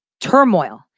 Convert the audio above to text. turmoil